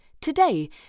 today